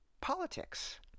politics